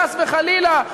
חס וחלילה,